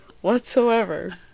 whatsoever